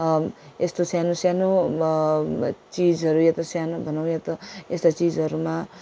यस्तो सानो सानो चिजहरू या त सानो भनौँ या त यस्ता चिजहरूमा